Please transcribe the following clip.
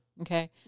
okay